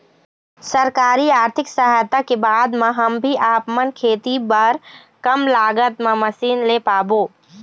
सरकारी आरथिक सहायता के बाद मा हम भी आपमन खेती बार कम लागत मा मशीन ले पाबो?